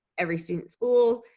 every student's school,